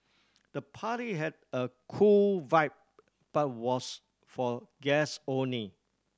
the party had a cool vibe but was for guest only